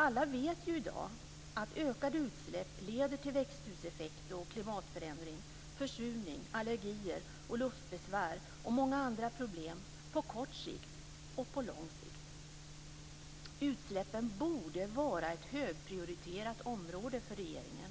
Alla vet ju i dag att ökade utsläpp leder till växthuseffekt, klimatförändring, försurning, allergier, luftbesvär och många andra problem på kort och på lång sikt. Utsläppen borde vara ett högprioriterat område för regeringen.